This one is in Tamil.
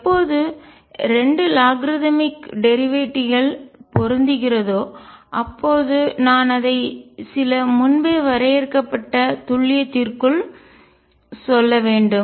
எப்போது 2 லாக்ரதமிக் மடக்கை டேரிவேட்டிவ்கள் வழித்தோன்றல் பொருந்துகிறதோ அப்போது நான் அதை சில முன்பே வரையறுக்கப்பட்ட துல்லியத்திற்குள் சொல்ல வேண்டும்